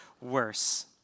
worse